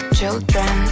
children